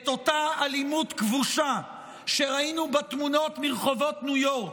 את אותה אלימות כבושה שראינו בתמונות מרחובות ניו יורק,